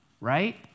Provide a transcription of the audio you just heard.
right